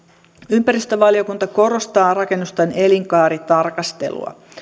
ympäristövaliokunta korostaa rakennusten elinkaaritarkastelua